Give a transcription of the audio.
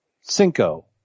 Cinco